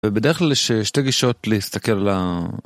ובדרך כלל יש שתי גישות להסתכל ל...